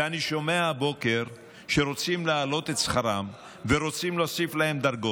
ואני שומע הבוקר שרוצים להעלות את שכרם ורוצים להוסיף להם דרגות.